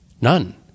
None